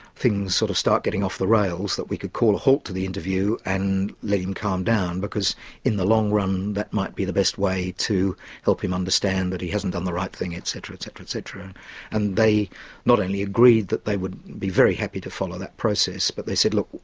things sort of start getting off the rails, that we could call a halt to the interview and let him calm down, because in the long run that might be the best way to help him understand that he hasn't done the right thing etc. etc. and they not only agreed that they would be very happy to follow that process but they said, look,